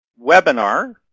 webinar